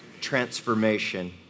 Transformation